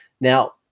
Now